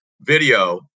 video